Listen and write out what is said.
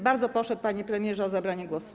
Bardzo proszę, panie premierze, o zabranie głosu.